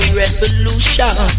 revolution